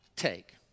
take